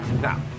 Now